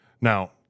now